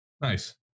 Nice